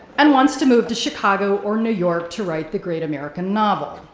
and wants to move to chicago or new york to write the great american novel.